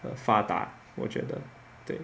发达我觉得对